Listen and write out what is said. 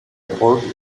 drogue